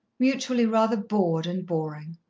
mutually rather bored and boring.